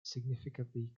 significantly